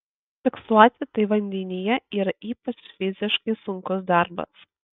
fiksuoti tai vandenyje yra ypač fiziškai sunkus darbas